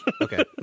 Okay